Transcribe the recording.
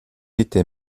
était